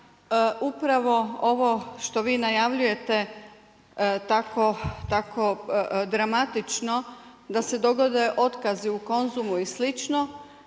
upravo ovo što vi najavljujete tako dramatično, da se dogode otkazi u Konzumu i